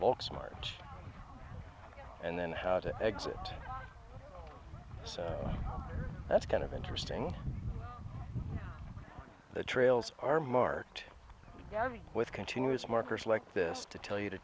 volks march and then how to exit so that's kind of interesting the trails are marked with continuous markers like this to tell you to